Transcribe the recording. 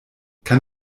kann